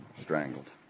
Strangled